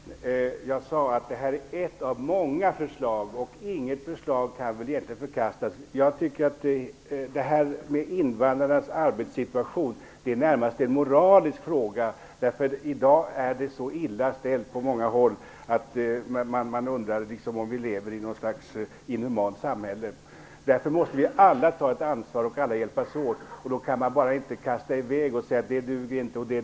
Fru talman! Jag sade att det var fråga om ett av många förslag. Inget förslag kan egentligen förkastas. Jag tycker att frågan om invandrarnas arbetssituation närmast är en moralisk fråga. I dag är det nämligen på många håll så illa ställt att man undrar om vi lever i ett slags inhumant samhälle. Därför måste vi alla ta ett ansvar och hjälpas åt. Då kan man inte bara förkasta saker och säga att de inte duger.